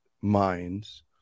minds